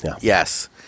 Yes